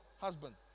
husband